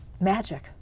magic